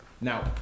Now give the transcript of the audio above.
Now